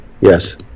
Yes